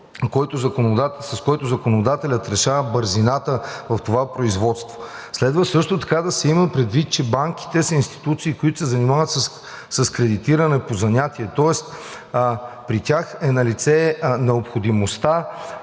с който законодателят решава бързината в това производство. Следва също така да се има предвид, че банките са институции, които се занимават с кредитиране по занятие. Тоест при тях е налице необходимостта